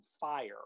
fire